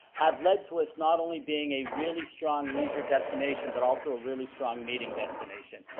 have led to us not only being a really strong leisure destination, but also a really strong meeting destination.